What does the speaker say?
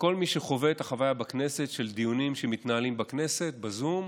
וכל מי שחווה את החוויה בכנסת של דיונים שמתנהלים בכנסת בזום,